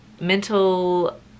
mental